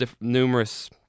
numerous